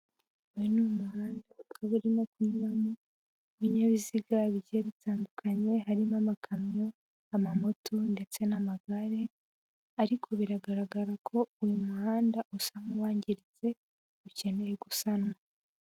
Uyu ni umuhanda ukaba urimo kunyuramo ibinyabiziga bigiye bitandukanye, harimo amakamyo, amamoto ndetse n'amagare ariko biragaragara ko uyu muhanda usa nk'uwangiritse ukeneye gusanwa.